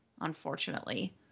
unfortunately